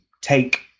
take